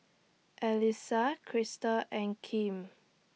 Elissa Krystal and Kim